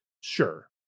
sure